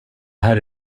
här